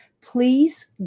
please